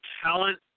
talent